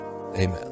amen